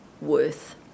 worth